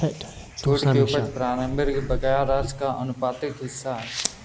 छूट की उपज प्रारंभिक बकाया राशि का आनुपातिक हिस्सा है